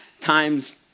times